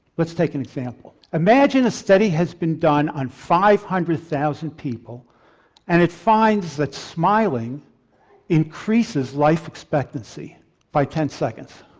let's take an example. imagine a study has been done on five hundred thousand people and it finds that smiling increases life expectancy by ten seconds.